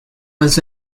was